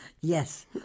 Yes